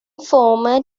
former